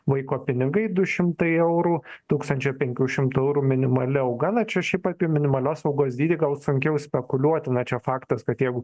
vaiko pinigai du šimtai eurų tūkstančio penkių šimtų eurų minimali alga na čia šiaip apie minimalios algos dydį gal sunkiau spekuliuoti na čia faktas kad jeigu